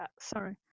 Sorry